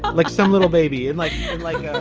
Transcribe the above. but like some little baby and like like. yeah